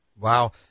Wow